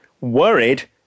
worried